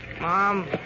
Mom